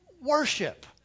Worship